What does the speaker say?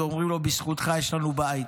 ואומרים לו: בזכותך יש לנו בית.